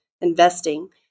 investing